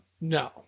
No